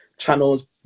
channels